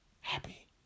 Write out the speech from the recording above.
happy